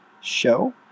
Show